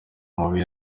mubi